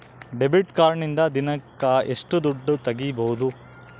Debit ಕಾರ್ಡಿನಿಂದ ದಿನಕ್ಕ ಎಷ್ಟು ದುಡ್ಡು ತಗಿಬಹುದು?